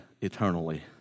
eternally